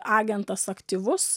agentas aktyvus